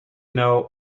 know